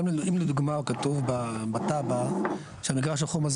אם לדוגמה כתוב בתב"ע שהמגרש החום הזה